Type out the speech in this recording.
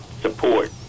support